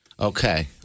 Okay